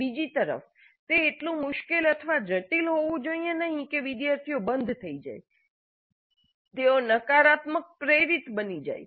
બીજી તરફ તે એટલું મુશ્કેલ અથવા જટિલ હોવું જોઈએ નહીં કે વિદ્યાર્થીઓ બંધ થઈ જાય તેઓ નકારાત્મક પ્રેરિત બની જાય છે